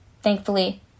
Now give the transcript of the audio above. thankfully